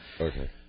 Okay